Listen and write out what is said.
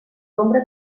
nombre